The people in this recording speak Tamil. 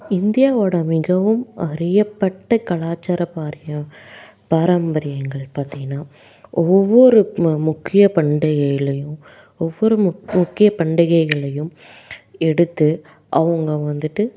இந்தியாவோடய மிகவும் அறியப்பட்ட கலாச்சாரம் பாரியம் பாரம்பரியங்கள் பார்த்தீங்கன்னா ஒவ்வொரு முக்கிய பண்டிகைகளிலேயும் ஒவ்வொரு மு முக்கிய பண்டிகைகளிலேயும் எடுத்து அவங்க வந்துட்டு